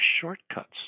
shortcuts